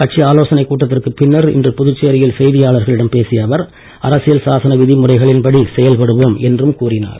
கட்சி ஆலோசனைக் கூட்டத்திற்கு பின்னர் இன்று புதுச்சேரியில் செய்தியாளர்களிடம் பேசிய அவர் அரசியல் சாசன விதிமுறைகளின் படி செயல்படுவோம் என்றும் கூறினார்